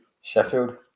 Sheffield